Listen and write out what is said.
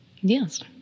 Yes